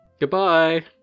Goodbye